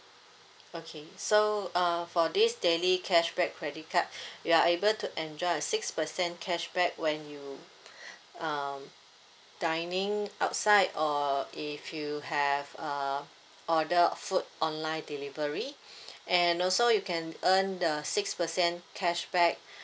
okay so uh for this daily cashback credit card you are able to enjoy a six percent cashback when you um dining outside or if you have uh order food online delivery and also you can earn the six percent cashback